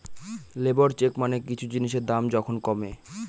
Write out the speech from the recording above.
labour চেক মানে কিছু জিনিসের দাম যখন কমে